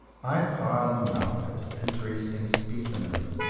i pile them up as interesting specimens,